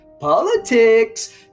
politics